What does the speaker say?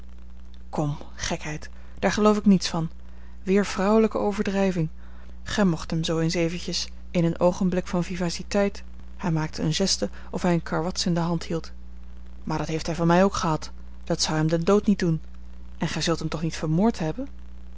kom gekheid daar geloof ik niets van weer vrouwelijke overdrijving ge moogt hem zoo eens eventjes in een oogenblik van vivaciteit hij maakte eene geste of hij een karwats in de hand hield maar dat heeft hij van mij ook gehad dat zou hem den dood niet doen en gij zult hem toch niet vermoord hebben